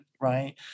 right